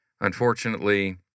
Unfortunately